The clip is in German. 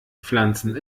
pflanzen